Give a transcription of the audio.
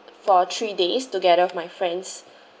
for three days together with my friends